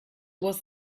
was